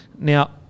Now